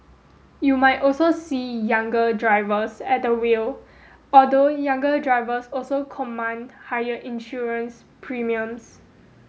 you might also see younger drivers at the wheel although younger drivers also command higher insurance premiums